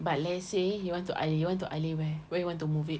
but let's say you want to alih you want to alih where where you want to move it